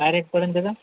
काय रेट पर्यंतचा